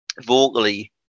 vocally